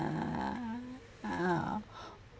uh